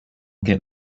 get